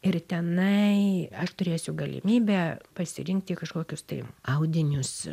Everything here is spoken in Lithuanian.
ir tenai aš turėsiu galimybę pasirinkti kažkokius tai audinius